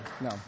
No